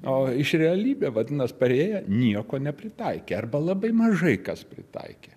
o iš realybė vadinas parėję nieko nepritaikė arba labai mažai kas pritaikė